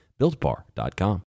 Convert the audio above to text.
BuiltBar.com